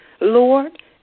Lord